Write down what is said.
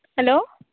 hello